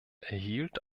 erhielt